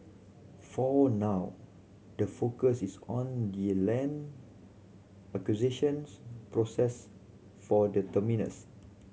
for now the focus is on the land acquisitions process for the terminus